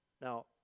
Now